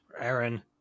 Aaron